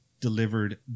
delivered